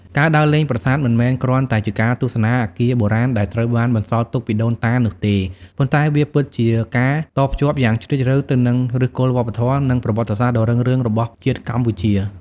ការដើរលេងប្រាសាទមិនមែនគ្រាន់តែជាការទស្សនាអគារបុរាណដែលត្រូវបានបន្សល់ទុកពីដូនតានោះទេ ប៉ុន្តែវាពិតជាការតភ្ជាប់យ៉ាងជ្រាលជ្រៅទៅនឹងឫសគល់វប្បធម៌និងប្រវត្តិសាស្ត្រដ៏រុងរឿងរបស់ជាតិកម្ពុជា។